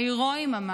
ההרואיים ממש.